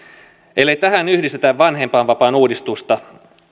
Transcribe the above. ellei tähän yhdistetä vanhempainvapaan uudistusta